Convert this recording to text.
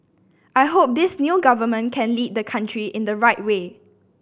I hope this new government can lead the country in the right way